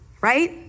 right